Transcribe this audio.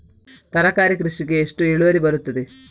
ತರಕಾರಿ ಕೃಷಿಗೆ ಎಷ್ಟು ಇಳುವರಿ ಬರುತ್ತದೆ?